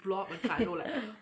hehe